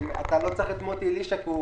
אתה לא צריך את מוטי אלישע כי הוא